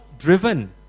Driven